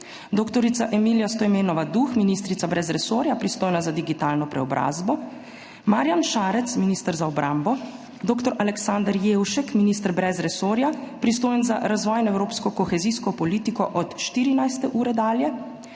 dr. Emilija Stojmenova Duh, ministrica brez resorja, pristojna za digitalno preobrazbo, Marjan Šarec, minister za obrambo, dr. Aleksander Jevšek, minister brez resorja, pristojen za razvoj in evropsko kohezijsko politiko, od 14. ure dalje,